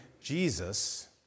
Jesus